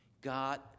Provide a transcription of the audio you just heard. God